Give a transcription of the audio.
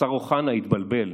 השר אוחנה התבלבל,